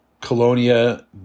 Colonia